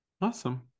awesome